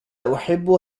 أحب